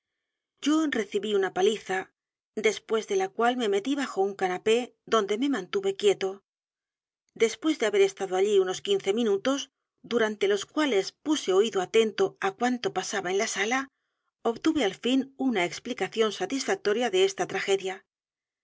yo recibí una paliza después de la cual me metí bajo un canapé donde me mantuve quieto después de h a b e r estado allí unos quince minutos durante los cuales puse oído atento á cuanto pasaba en la sala obtuve al fin una explicación satisfactoria de esta